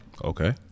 okay